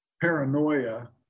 paranoia